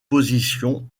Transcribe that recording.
positions